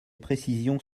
précisions